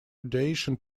radiation